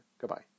Goodbye